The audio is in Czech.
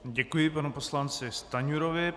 Děkuji panu poslanci Stanjurovi.